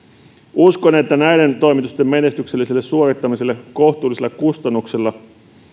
uskon että näiden toimitusten menestykselliselle suorittamiselle kohtuullisilla kustannuksilla